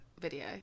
video